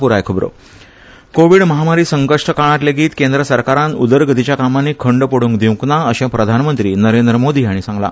PM covid महामारी संकश्ट काळात लेगीत केंद्र सरकारान उदरगतीच्या कामांनी खंड पड्रंक दिवक ना अशे प्रधानमंत्री नरेंद्र मोदी हांणी सांगला